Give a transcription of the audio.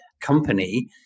company